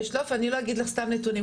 אני לא אגיד לך סתם נתונים.